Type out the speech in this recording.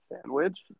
sandwich